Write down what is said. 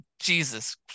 Jesus